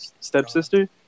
stepsister